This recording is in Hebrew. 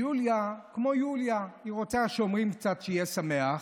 יוליה, כמו יוליה, רוצה שיהיה שמח,